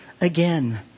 again